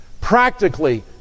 practically